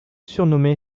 surnommé